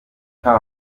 tardy